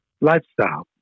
lifestyle